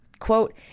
Quote